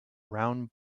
round